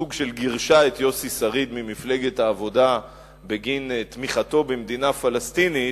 סוג של גירשה את יוסי שריד ממפלגת העבודה בגין תמיכתו במדינה פלסטינית,